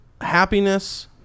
happiness